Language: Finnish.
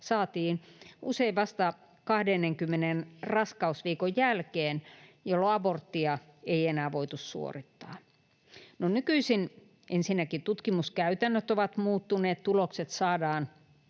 saatiin usein vasta 20. raskausviikon jälkeen, jolloin aborttia ei enää voitu suorittaa. Nykyisin ensinnäkin tutkimuskäytännöt ovat muuttuneet, tulokset saadaan